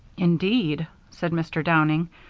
indeed! said mr. downing,